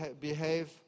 behave